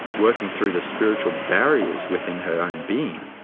working through the spiritual barriers within her own being,